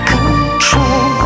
Control